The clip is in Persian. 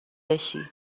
بشی